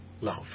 love